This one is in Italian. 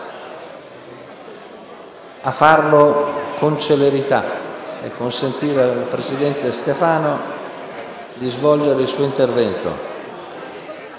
a farlo con celerità per consentire al senatore Stefano di svolgere il suo intervento.